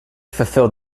fulfilled